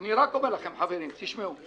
אני רק אומר לכם, חברים, תשמעו,